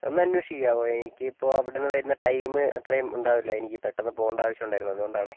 ഒന്ന് അന്വേഷിക്കാവോ എനിക്കിപ്പോൾ അവിടെന്ന് വരുന്ന ടൈം അത്രയും ഉണ്ടാവില്ല എനിക്ക് പെട്ടെന്ന് പോകേണ്ട ആവശ്യമുണ്ടായിരുന്നു അതുകൊണ്ടാണേ